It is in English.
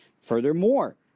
Furthermore